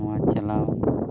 ᱱᱚᱣᱟ ᱪᱟᱞᱟᱣ